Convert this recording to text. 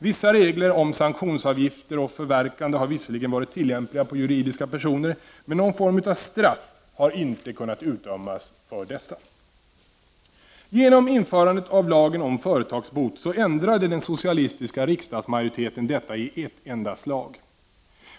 Vissa regler om sanktionsavgifter och förverkande har visserligen varit tilllämpliga på juridiska personer, men någon form av straff har inte kunnat utdömas mot dessa. Genom införandet av lagen om företagsbot ändrade den socialistiska riksdagsmajoriteten detta i ett enda slag.